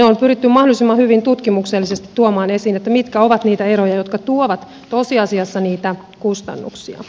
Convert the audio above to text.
on pyritty mahdollisimman hyvin tutkimuksellisesti tuomaan esiin mitkä ovat niitä eroja jotka tuovat tosiasiassa niitä kustannuksia